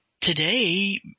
today